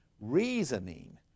Reasoning